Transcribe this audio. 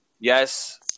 yes